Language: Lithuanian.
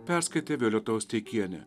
perskaitė violeta osteikienė